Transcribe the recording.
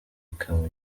ikaba